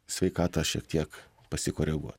sveikatą šiek tiek pasikoreguot